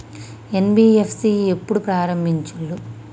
NBFC ఎప్పుడు ప్రారంభించిల్లు?